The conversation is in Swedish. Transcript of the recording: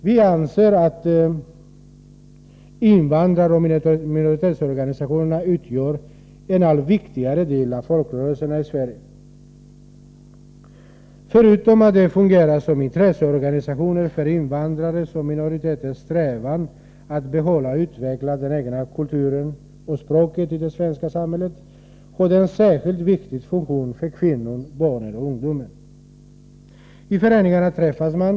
Vi anser att invandraroch minoritetsorganisationerna kommit att utgöra en allt viktigare del av folkrörelserna i Sverige. Förutom att de fungerar som intresseorganisationer för invandrare och minoriteter som strävar efter att i det svenska samhället behålla och utveckla den egna kulturen och det egna språket, fyller de en särskilt viktig funktion för kvinnorna, barnen och ungdomen. I föreningarna träffas man.